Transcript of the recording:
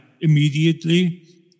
immediately